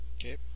Okay